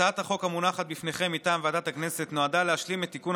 הצעת החוק המונחת בפניכם מטעם ועדת הכנסת נועדה להשלים את תיקון